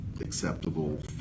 acceptable